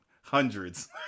hundreds